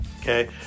Okay